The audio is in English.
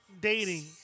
dating